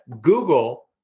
Google